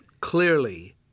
clearly